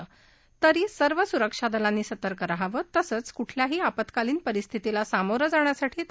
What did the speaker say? असं असलं तरी सर्व सुरक्षादलांनी सतर्क रहावं तसंच कुठल्याही आपत्कालीन परिस्थितीला सामोरं जाण्यासाठी तयार रहावं